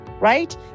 right